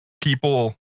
people